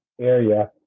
area